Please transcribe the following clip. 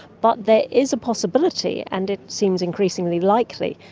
but there is a possibility, and it seems increasingly likely,